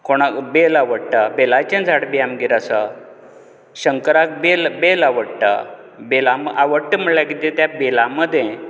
कोणाक बेल आवडटा बेलाचें झाड बी आमगेर आसा शंकराक बेल बेल आवडटा म्हळ्यार कितें तें बेला मदे